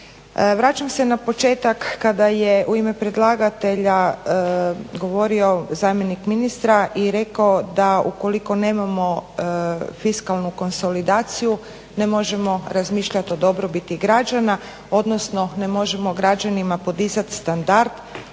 Vraćam se na početak kada je u ime predlagatelja govorio zamjenik ministra i rekao da ukoliko nemamo fiskalnu konsolidaciju ne možemo razmišljat o dobrobiti građana, odnosno ne možemo građanima podizat standard